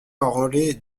enrôler